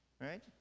right